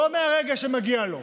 לא מהרגע שמגיע לו,